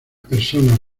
personas